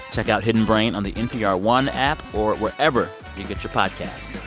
check out hidden brain on the npr one app or wherever you get your podcasts